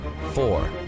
four